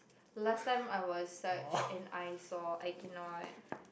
last time I was such an eyesore I cannot